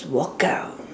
walk out